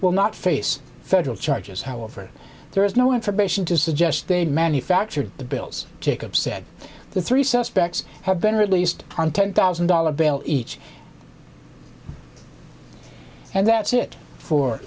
will not face federal charges however there is no information to suggest they manufactured the bills jacob said the three suspects have been released on ten thousand dollars bail each and that's it for